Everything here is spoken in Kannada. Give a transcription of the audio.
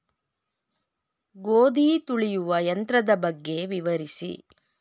ಗೋಧಿ ತುಳಿಯುವ ಯಂತ್ರದ ಬಗ್ಗೆ ವಿವರಿಸಿ?